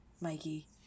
Mikey